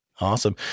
Awesome